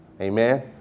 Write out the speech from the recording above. Amen